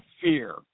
fear